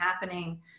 happening